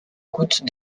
goutte